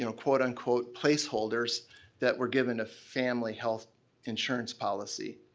you know quote-unquote placeholders that were given a family health insurance policy.